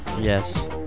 yes